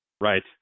Right